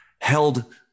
held